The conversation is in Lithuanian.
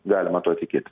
galima tuo tikėt